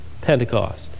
Pentecost